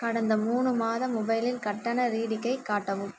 கடந்த மூணு மாத மொபைலில் கட்டண ரீடிங்கை காட்டவும்